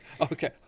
Okay